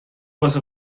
واسه